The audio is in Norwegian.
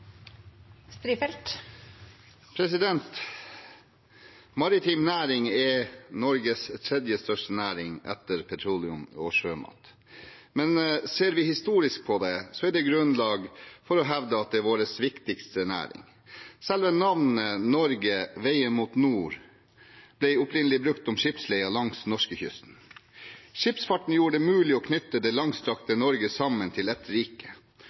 Norges tredje største næring etter petroleum og sjømat. Men ser vi historisk på det, er det grunnlag for å hevde at det er vår viktigste næring. Selve navnet «Norge», «veien mot nord», ble opprinnelig brukt om skipsleia langs norskekysten. Skipsfarten gjorde det mulig å knytte det langstrakte Norge sammen til ett rike.